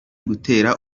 gutera